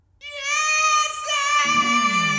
Yes